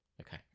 okay